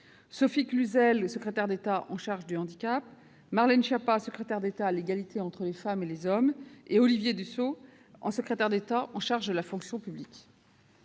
Sophie Cluzel, secrétaire d'État en charge du handicap, Marlène Schiappa, secrétaire d'État à l'égalité entre les femmes et les hommes, et Olivier Dussopt, secrétaire d'État en charge de la fonction publique.